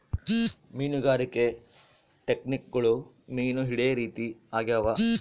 ಮೀನುಗಾರಿಕೆ ಟೆಕ್ನಿಕ್ಗುಳು ಮೀನು ಹಿಡೇ ರೀತಿ ಆಗ್ಯಾವ